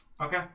Okay